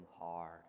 hard